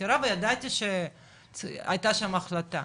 ידעתי שהייתה שם החלטה,